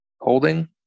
Holding